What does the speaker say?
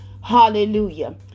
hallelujah